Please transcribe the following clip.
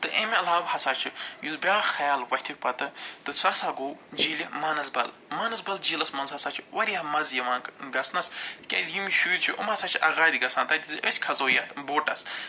تہٕ اَمہِ علاو ہَسا چھِ یُس بیٛاکھ خیال وَتھِ پتہٕ تہٕ سُہ ہسا گوٚو جیٖلہِ مانس بل مانس بل جیٖلس منٛز ہَسا چھِ وارِیاہ مَزٕ یِوان گژھنس کیٛازِ یِم شُرۍ چھِ یِم ہَسا چھِ اَگادِ گَژھان تَتہِ زِ أسۍ کھَسو یَتھ بوٹس تہٕ